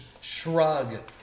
shrug